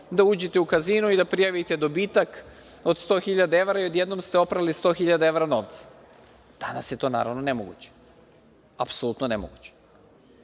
da uđete u kazino i da prijavite dobitak od 100 hiljada evra i odjednom ste oprali 100 hiljada evra novca. Danas je to naravno nemoguće, apsolutno nemoguće. Dakle,